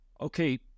okay